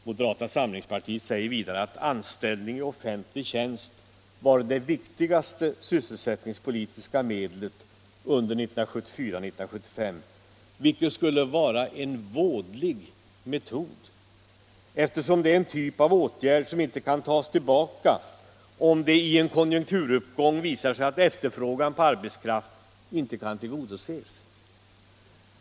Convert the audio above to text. Moderata samlingspartiet säger vidare att anställning i offentlig tjänst varit det viktigaste sysselsättningspolitiska medlet under 1974 och 1975 och att det skulle vara en ”vådlig metod”, eftersom det är en typ av åtgärd som inte kan tas tillbaka om det i en konjunkturuppgång visar sig att efterfrågan på arbetskraft inte kan tillgodoses.